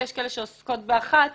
ויש כאלה שעוסקות במשרד אחד.